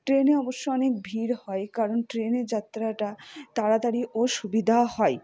ট্রেনে অবশ্য অনেক ভিড় হয় কারণ ট্রেনে যাত্রাটা তাড়াতাড়ি ও সুবিধা হয়